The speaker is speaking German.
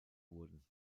wurden